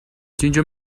ginger